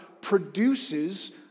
produces